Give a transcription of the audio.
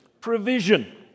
provision